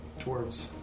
dwarves